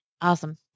Awesome